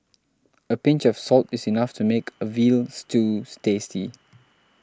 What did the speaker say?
a pinch of salt is enough to make a Veal Stews tasty